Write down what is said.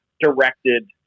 directed